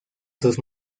sus